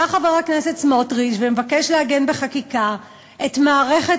בא חבר הכנסת סמוטריץ ומבקש לעגן בחקיקה את מערכת